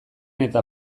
eta